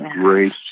grace